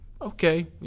okay